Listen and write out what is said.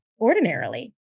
ordinarily